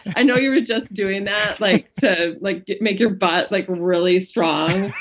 i know you were just doing that like to like make your butt like really strong